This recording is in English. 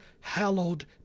Hallowed